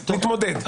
נתמודד.